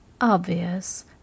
obvious